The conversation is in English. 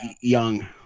young